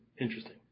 Interesting